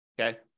Okay